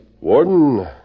Warden